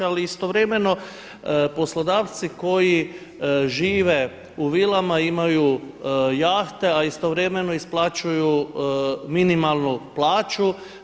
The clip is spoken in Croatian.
Ali istovremeno poslodavci koji žive u vilama imaju jahte, a istovremeno isplaćuju minimalnu plaću.